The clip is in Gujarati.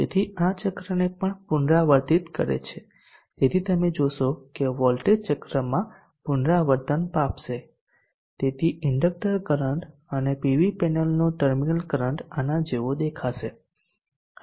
તેથી આ ચક્રને પણ પુનરાવર્તિત કરે છે તેથી તમે જોશો કે વોલ્ટેજ ચક્રમાં પુનરાવર્તન પામશે તેથી ઇન્ડક્ટર કરંટ અને પીવી પેનલનો ટર્મિનલ કરંટ આના જેવો દેખાશે